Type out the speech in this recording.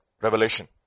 Revelation